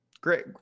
great